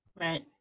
Right